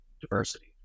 diversity